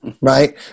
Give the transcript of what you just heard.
Right